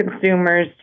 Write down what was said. consumers